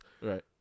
Right